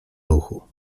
ruchu